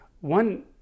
One